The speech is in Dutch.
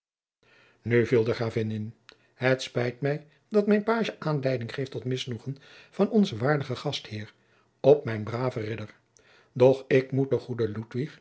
nu viel de gravin in het spijt mij dat mijn pagie aanleiding geeft tot misnoegen van onzen waardigen gastheer op mijn braven ridder doch ik moet den goeden